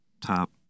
top